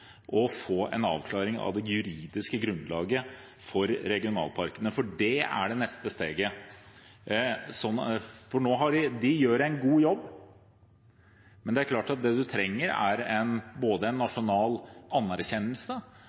å få en avklaring av det juridiske grunnlaget for regionalparkene, for det er det neste steget. De gjør en god jobb, men det er klart at det man trenger, er en nasjonal anerkjennelse og en nasjonal